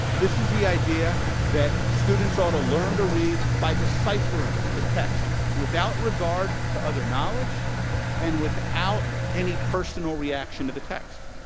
this is the idea that students ought to learn to read by deciphering the text without regard to other knowledge and without any personal reaction to the text.